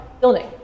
building